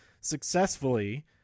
successfully